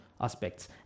aspects